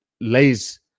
lays